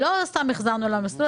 ולא סתם נחזיר למסלול,